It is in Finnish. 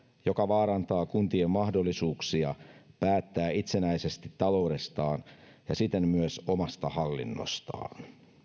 joka vaarantaa kuntien mahdollisuuksia päättää itsenäisesti taloudestaan ja siten myös omasta hallinnostaan